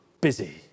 busy